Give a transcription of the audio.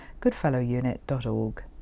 goodfellowunit.org